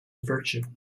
virtue